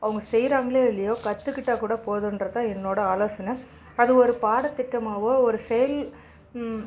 அவங்க செய்கிறாங்களோ இல்லையோ கற்றுக்கிட்டா கூட போதுன்றது தான் என்னோடய ஆலோசனை அது ஒரு பாட திட்டமாவோ ஒரு செயல்